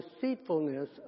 deceitfulness